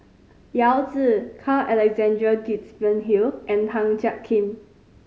Yao Zi Carl Alexander Gibson Hill and Tan Jiak Kim